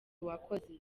wakoze